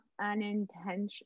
unintentional